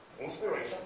Inspiration